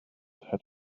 had